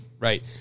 Right